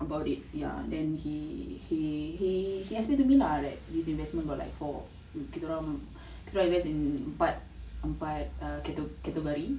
about it ya then he he he he asked me to be lah this investment got like four kita orang try invest in empat empat uh category